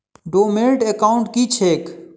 Dormant account की छैक?